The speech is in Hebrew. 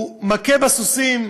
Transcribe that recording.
הוא מכה בסוסים,